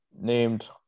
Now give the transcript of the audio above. named